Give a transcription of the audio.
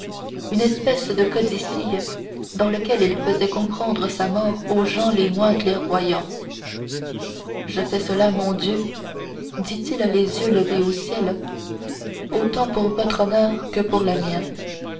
une espèce de codicille dans lequel il faisait comprendre sa mort aux gens les moins clairvoyants je fais cela mon dieu dit-il les yeux levés au ciel autant pour votre honneur que pour le mien